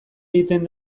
egiten